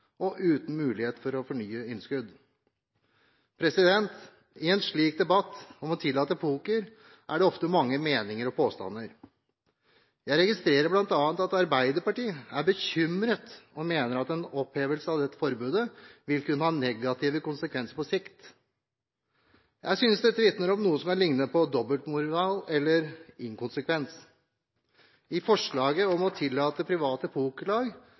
og uten mulighet for nye innskudd. Det er viktig å framheve. I en debatt om å tillate poker er det ofte mange meninger og påstander. Jeg registrerer bl.a. at Arbeiderpartiet er bekymret og mener at en opphevelse av dette forbudet vil kunne ha negative konsekvenser på sikt. Jeg synes dette vitner om noe som kan ligne på dobbeltmoral eller inkonsekvens. I forslaget om å tillate private